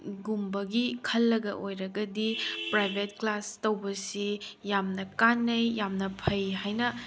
ꯒꯨꯝꯕꯒꯤ ꯈꯜꯂꯒ ꯑꯣꯏꯔꯒꯗꯤ private class ꯇꯧꯕꯁꯤ ꯌꯥꯝꯅ ꯀꯥꯟꯅꯩ ꯌꯥꯝꯅ ꯐꯩ ꯍꯥꯏꯅ